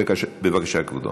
בבקשה, כבודו.